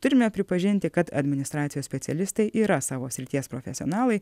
turime pripažinti kad administracijos specialistai yra savo srities profesionalai